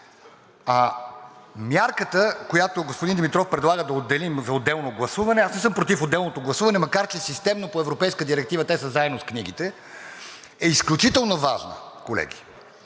Мярката, която господин Димитров предлага, да отделим за отделно гласуване, аз не съм против отделното гласуване, макар че системно по европейска директива те са заедно с книгите, е изключително важна, колеги.